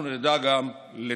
אנחנו נדע גם לתקן.